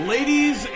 Ladies